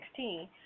2016